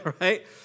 right